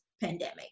pandemic